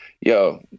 yo